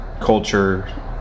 culture